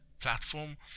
platform